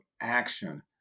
action